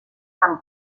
amb